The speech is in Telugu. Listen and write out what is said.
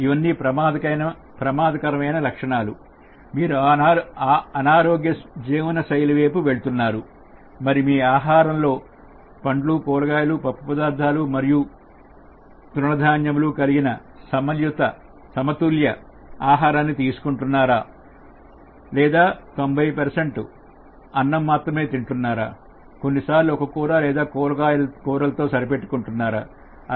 ఇవన్నీ ప్రమాదకరమైన లక్షణాలు మీరు అనారోగ్య జీవనశైలి వైపు వెళ్తున్నారు మరి మీ ఆహారంలో పండ్లు కూరగాయలు పప్పు ధాన్యాలు మరియు తృణధాన్యాలు కలిగిన సమతుల్య ఆహారాన్ని తీసుకుంటున్నారా లేదా90 అన్నం మాత్రమే తింటున్నారా కొన్నిసార్లు ఒక కూర లేదా కూరగాయలు తో సరిపెట్టుకుంటున్నా రా